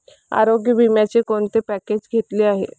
आरोग्य विम्याचे कोणते पॅकेज घेतले आहे?